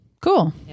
Cool